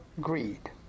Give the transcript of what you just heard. greed